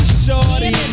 shorty